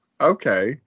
okay